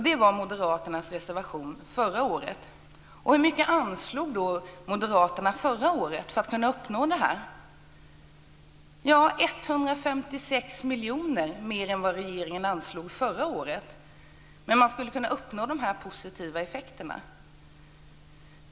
Det var Moderaternas reservation förra året. Hur mycket anslog då Moderaterna förra året för att kunna uppnå detta? Jo, 156 miljoner mer än vad regeringen anslog. Med det skulle man kunna uppnå dessa positiva effekter.